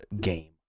game